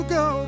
go